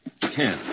ten